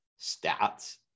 stats